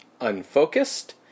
unfocused